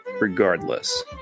regardless